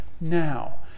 now